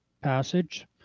Passage